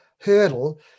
hurdle